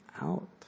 out